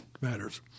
matters